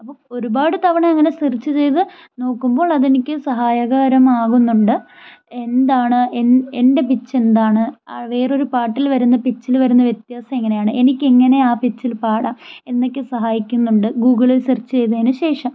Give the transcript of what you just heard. അപ്പോൾ ഒരുപാട് തവണ അങ്ങനെ സെർച്ച് ചെയ്ത് നോക്കുമ്പോൾ അതെനിക്ക് സഹായകരമാവുന്നുണ്ട് എന്താണ് എന്റെ എൻ്റെ പിച്ച് എന്താണ് ആ വേറൊരു പാട്ടിൽ വരുന്ന പിച്ചിൽ വരുന്ന വ്യത്യാസം എങ്ങനെയാണ് എനിക്ക് എങ്ങനെ ആ പിച്ചിൽ പാടാം എന്നൊക്കെ സഹായിക്കുന്നുണ്ട് ഗൂഗിളിൽ സെർച്ച് ചെയ്തേന് ശേഷം